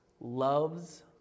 loves